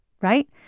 right